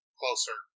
closer